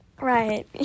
Right